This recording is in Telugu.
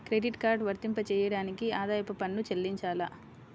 క్రెడిట్ కార్డ్ వర్తింపజేయడానికి ఆదాయపు పన్ను చెల్లించాలా?